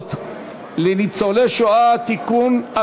הטבות לניצולי שואה (תיקון,